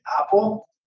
Apple